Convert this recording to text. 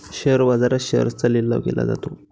share बाजारात शेअर्सचा लिलाव केला जातो